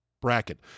bracket